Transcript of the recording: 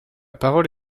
parole